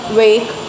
wake